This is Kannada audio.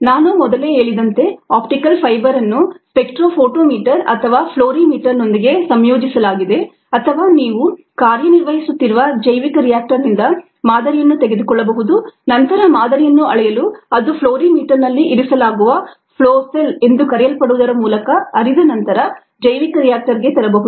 ನಾನು ಮೊದಲೇ ಹೇಳಿದಂತೆ ಆಪ್ಟಿಕಲ್ ಫೈಬರ್ ಅನ್ನು ಸ್ಪೆಕ್ಟ್ರೋಫೋಟೋಮೀಟರ್ ಅಥವಾ ಫ್ಲೋರಿಮೀಟರ್ನೊಂದಿಗೆ ಸಂಯೋಜಿಸಲಾಗಿದೆ ಅಥವಾ ನೀವು ಕಾರ್ಯನಿರ್ವಹಿಸುತ್ತಿರುವ ಜೈವಿಕ ರಿಯಾಕ್ಟರ್ನಿಂದ ಮಾದರಿಯನ್ನು ತೆಗೆದುಕೊಳ್ಳಬಹುದು ನಂತರ ಮಾದರಿಯನ್ನು ಅಳೆಯಲು ಅದು ಫ್ಲೋರಿಮೀಟರ್ನಲ್ಲಿ ಇರಿಸಲಾಗುವ ಫ್ಲೋ ಸೆಲ್ ಎಂದು ಕರೆಯಲ್ಪಡುವುದರ ಮೂಲಕ ಹರಿದ ನಂತರ ಜೈವಿಕ ರಿಯಾಕ್ಟರ್ಗೆ ತರಬಹುದು